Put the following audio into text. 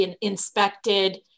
inspected